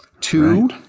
Two